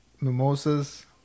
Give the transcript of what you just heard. Mimosas